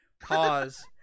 Pause